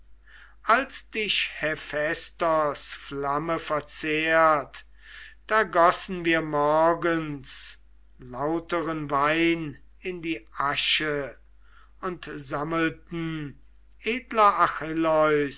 als dich hephaistos flamme verzehrt da gossen wir morgens lauteren wein in die asche und sammelten edler